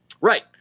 Right